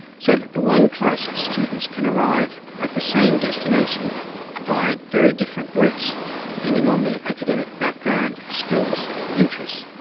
so that the one class of students can arrive at the same destination via very different routes depending on their academic background, skills and interests.